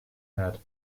had